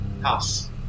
house